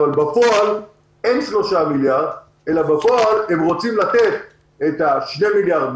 אבל בפועל אין 3 מיליארד אלא בפועל הם רוצים לתת 2.5 מיליארד,